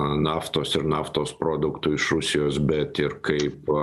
naftos ir naftos produktų iš rusijos bet ir kaip